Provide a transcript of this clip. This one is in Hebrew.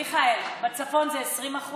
מיכאל, בצפון זה 20%